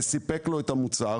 וסיפק לו את המוצר